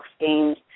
games